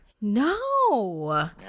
No